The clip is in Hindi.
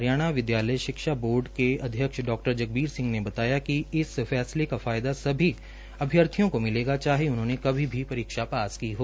हरियाणा विद्यालय शिक्षा बोर्ड के अध्यक्ष डॉ जगबीर सिंह ने बताया कि इस फैसले का फायदा सभी अभियार्थियों को मिलेगा चाहे उन्होंने कभी भी परीक्षा पास हो